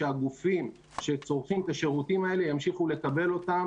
שהגופים שצורכים את השירותים האלה ימשיכו לקבל אותם